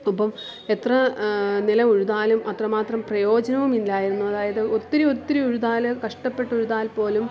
അപ്പം എത്ര നിലം ഉഴുതാലും അത്രമാത്രം പ്രയോജനവും ഇല്ലായിരുന്നു അതായത് ഒത്തിരി ഒത്തിരി ഉഴുതാലും കഷ്ടപ്പെട്ട് ഉഴുതാൽ പോലും